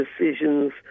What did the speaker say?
decisions